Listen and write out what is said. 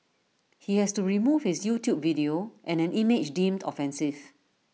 he has to remove his YouTube video and an image deemed offensive